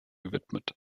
gewidmet